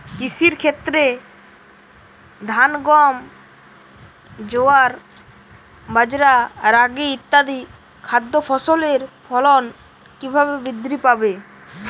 কৃষির ক্ষেত্রে ধান গম জোয়ার বাজরা রাগি ইত্যাদি খাদ্য ফসলের ফলন কীভাবে বৃদ্ধি পাবে?